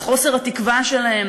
על חוסר התקווה שלהם.